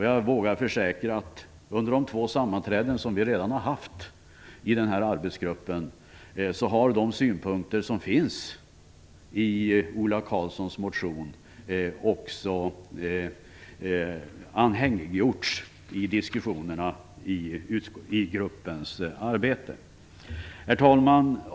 Jag vågar försäkra om att under de två sammanträden som vi redan har haft i arbetsgruppen har de synpunkter som finns i Ola Karlssons motion också anhängiggjorts i diskussionerna i gruppens arbete. Herr talman!